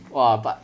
!wah! but